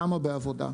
למה בעבודה?